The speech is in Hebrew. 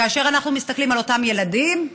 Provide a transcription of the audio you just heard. וכאשר אנחנו מסתכלים על אותם ילדים,